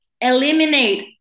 Eliminate